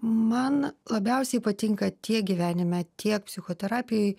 man labiausiai patinka tiek gyvenime tiek psichoterapijoj